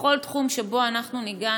בכל תחום שבו ניגע,